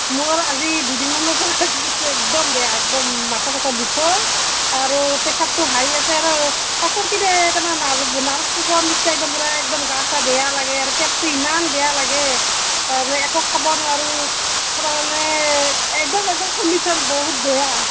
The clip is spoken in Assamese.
মোৰ আজি দুদিনমানৰ পৰা গাটো একদম বেয়া একদম মাথা চাথা বিষ হৈ আৰু প্ৰেছাৰটো হাই আছে আৰু পাছৰ পিনে তাৰমানে নাৰ্ভ নাৰ্ভ কোবোৱাৰ নিচিনা একদম পূৰা একদম গা চা বেয়া লাগে আৰ পেটটো ইমান বেয়া লাগে তাৰমানে একো খাব নোৱাৰোঁ পূৰা মানে একদম একদম কনডিশ্যন বহুত বেয়া